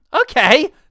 Okay